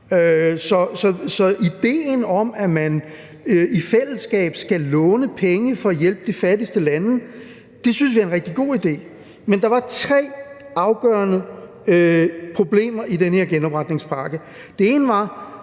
Så idéen om, at man i fællesskab skal låne penge for at hjælpe de fattigste lande, synes vi er rigtig god, men der var tre afgørende problemer i den her genopretningspakke. Det ene var,